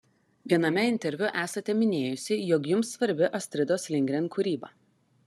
viename interviu esate minėjusi jog jums svarbi astridos lindgren kūryba